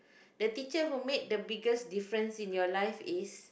the teacher who made the biggest difference in your life is